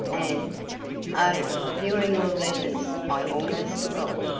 and oh, here are your letters i almost forgot!